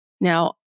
Now